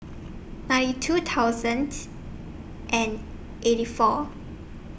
ninety two thousand and eighty four